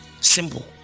simple